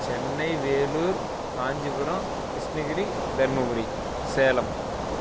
Chennai Vellore Kanchipuram Krishnagiri Dharmapuri Salem